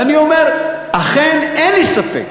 ואני אומר: אין לי ספק